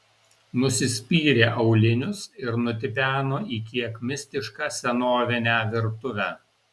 nusispyrė aulinius ir nutipeno į kiek mistišką senovinę virtuvę